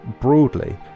broadly